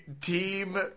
Team